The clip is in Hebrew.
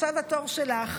עכשיו התור שלך.